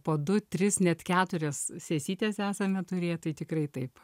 po du tris net keturias sesytes esame turėję tai tikrai taip